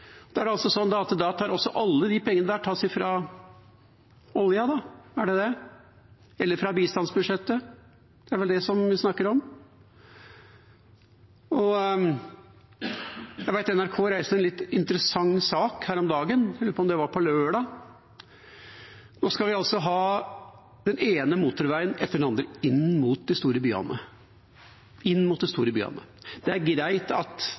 pengene fra olja eller fra bistandsbudsjettet? Det er vel det vi snakker om. NRK reiste en litt interessant sak her om dagen, på lørdag. Nå skal vi altså ha den ene motorveien etter den andre inn mot de store byene. Det er greit at Fremskrittspartiet ønsker å oppgi og vedta i Stortinget et nullvekstmål, det kan jeg skjønne. Da skal man i hvert fall være klar over at